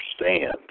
understand